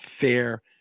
fair